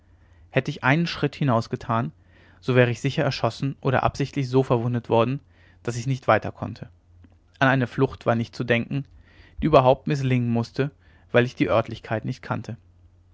hätte ich einen schritt hinaus getan so wäre ich sicher erschossen oder absichtlich so verwundet worden daß ich nicht weiter konnte an eine flucht war nicht zu denken die überhaupt mißlingen mußte weil ich die oertlichkeit nicht kannte